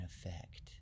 effect